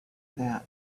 that